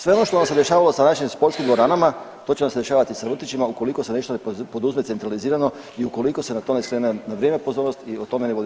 Sve ono što nam se dešavalo sa našim sportskim dvoranama to će nam se dešavati i sa vrtićima ukoliko se nešto ne poduzme centralizirano i ukoliko se na to ne skrene na vrijeme pozornost i o tome ne vodi